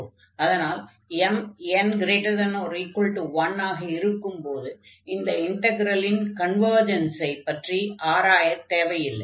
அதனால் mn≥1 ஆக இருக்கும்போது அந்த இன்டக்ரலின் கன்வர்ஜன்ஸைப் பற்றி ஆராயத் தேவையில்லை